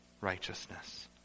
righteousness